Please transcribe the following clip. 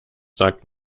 sagt